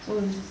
so